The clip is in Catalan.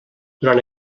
durant